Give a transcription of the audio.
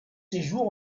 séjours